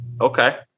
Okay